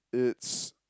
it's